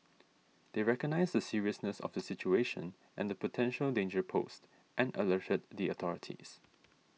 they recognised the seriousness of the situation and the potential danger posed and alerted the authorities